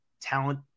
talent